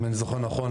אם אני זוכר נכון,